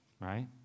right